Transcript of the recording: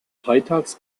freitags